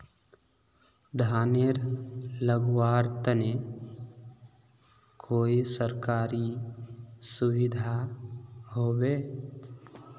धानेर लगवार तने कोई सरकारी सुविधा होबे?